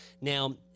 Now